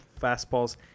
fastballs